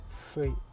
free